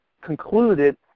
concluded